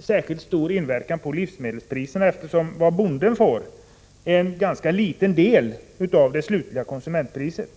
säkert inte inverka så mycket på livsmedelspriserna, eftersom bonden bara får en ganska liten del av det slutliga konsumentpriset.